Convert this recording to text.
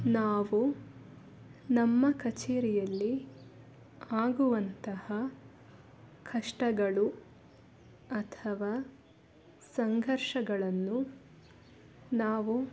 ನಾವು ನಮ್ಮ ಕಚೇರಿಯಲ್ಲಿ ಆಗುವಂತಹ ಕಷ್ಟಗಳು ಅಥವಾ ಸಂಘರ್ಷಗಳನ್ನು ನಾವು